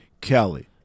Kelly